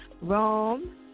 Rome